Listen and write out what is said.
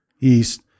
east